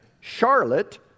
Charlotte